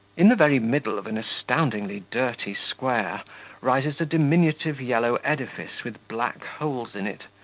in the very middle of an astoundingly dirty square rises a diminutive yellowish edifice with black holes in it,